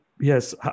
Yes